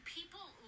people